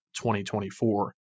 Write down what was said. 2024